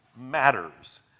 matters